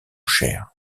cher